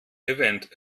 event